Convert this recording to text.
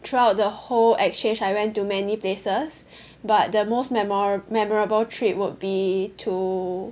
throughout the whole exchange I went to many places but the most memora~ memorable trip would be to